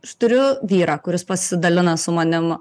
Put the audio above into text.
aš turiu vyrą kuris pasidalina su manim